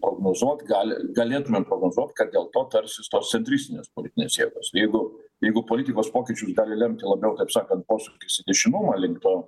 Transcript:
prognozuot gali galėtumėm prognozuot kad dėl to tarsis tos centristinės politinės jėgos jeigu jeigu politikos pokyčius gali lemti labiau taip sakant posūkis dešinumą link to